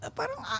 parang